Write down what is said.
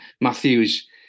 matthew's